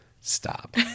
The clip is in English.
Stop